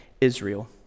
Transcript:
Israel